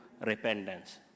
repentance